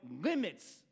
limits